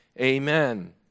amen